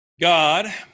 God